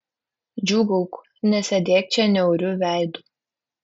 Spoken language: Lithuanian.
džiūgauk nesėdėk čia niauriu veidu